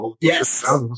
Yes